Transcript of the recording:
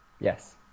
Yes